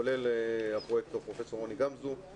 כולל הפרויקטור פרופסור רוני גמזו,